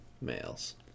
males